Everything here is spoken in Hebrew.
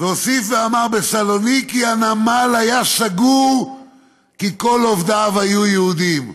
והוסיף ואמר: "בסלוניקי הנמל היה סגור כי כל עובדיו היו יהודים".